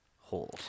holes